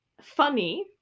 funny